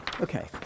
Okay